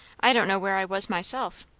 i don't know where i was, myself.